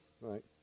right